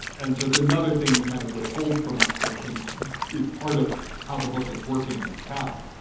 and so it's another thing you kind of withhold from us that i think is part of how the book is working and its power